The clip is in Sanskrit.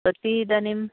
कति इदानीम्